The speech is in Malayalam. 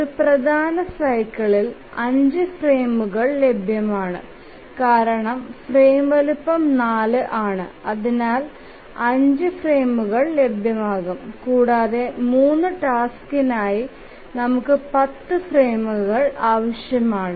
ഒരു പ്രധാന സൈക്കിളിൽ 5 ഫ്രെയിമുകൾ ലഭ്യമാണ് കാരണം ഫ്രെയിം വലുപ്പം 4 ആണ് അതിനാൽ 5 ഫ്രെയിമുകൾ ലഭ്യമാകും കൂടാതെ 3 ടാസ്ക്കിനായി നമുക്ക് 10 ഫ്രെയിമുകൾ ആവശ്യമാണ്